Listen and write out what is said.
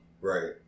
Right